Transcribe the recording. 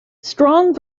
strong